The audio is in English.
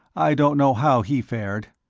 i don't know how he fared.